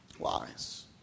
Lies